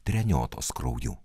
treniotos krauju